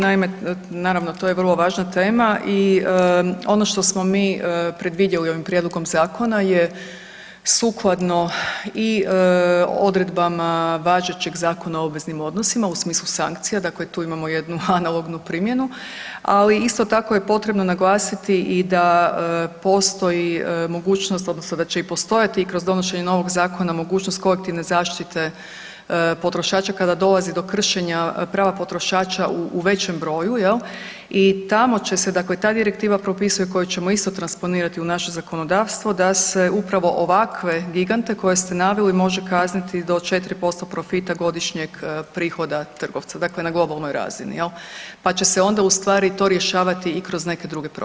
Naime, naravno to je vrlo važna tema i ono što smo mi predvidjeli ovim prijedlogom zakona je sukladno i odredbama važećeg Zakona o obveznim odnosima u smislu sankcija, dakle tu imamo jednu analognu primjenu, ali isto tako je potrebno naglasiti i da postoji mogućnost odnosno da će i postojati i kroz donošenje novog zakona mogućnost kolektivne zaštite potrošača kada dolazi do kršenja prava potrošača u većem broju jel i tamo će se dakle i ta direktiva propisuje, koju ćemo isto transponirati u naše zakonodavstvo, da se upravo ovakve gigante koje ste naveli može kazniti do 4% profita godišnjeg prihoda trgovca, dakle na globalnoj razini jel, pa će se onda u stvari to rješavati i kroz neke druge propise.